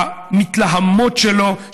המתלהמות שלו,